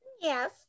Yes